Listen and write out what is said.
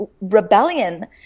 rebellion